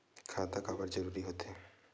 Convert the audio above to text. खाता काबर जरूरी हो थे?